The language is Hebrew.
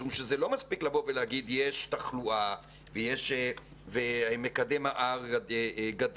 זה לא מספיק לבוא ולהגיד יש תחלואה ומקדם ה-R גדל.